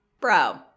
Bro